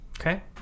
Okay